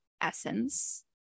essence